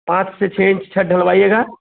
पाँच से छ इंच छत डलवाईएगा